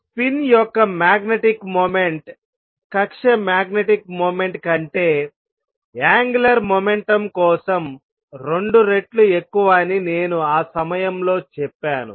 spin యొక్క magnetic moment కక్ష్య magnetic moment కంటే యాంగులర్ మొమెంటం కోసం రెండు రెట్లు ఎక్కువ అని నేను ఆ సమయంలో చెప్పాను